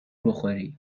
بخوری